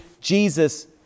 Jesus